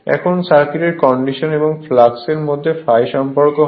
এখানে circuit connection এবং flux এর মধ্যে সম্পর্ক ∅ হয়